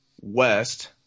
west